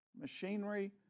Machinery